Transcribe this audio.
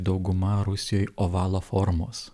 dauguma rusijoj ovalo formos